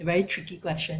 very tricky question